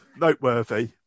noteworthy